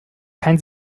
kein